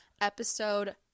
episode